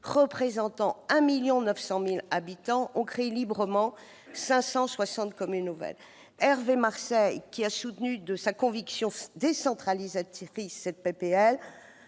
représentant 1,9 million d'habitants, ont créé librement 560 communes nouvelles. Je salue également Hervé Marseille, qui a soutenu de toute sa conviction décentralisatrice cette